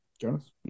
Jonas